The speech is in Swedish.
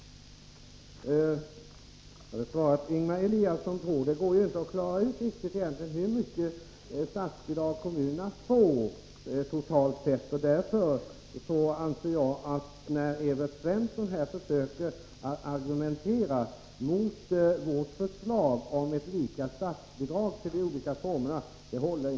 Ingemar Eliasson framhöll att det egentligen inte går att klara ut hur mycket statsbidrag kommunerna får totalt sett. Jag har samma uppfattning. Därför anser jag inte heller att Evert Svenssons försök till argumentering mot vårt förslag om ett lika statsbidrag för de olika barnomsorgsformerna håller.